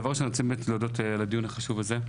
דבר ראשון, אני רוצה להודות על הדיון החשוב הזה.